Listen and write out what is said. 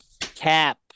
Cap